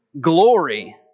glory